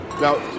Now